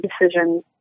decisions